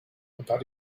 about